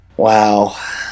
Wow